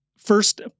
First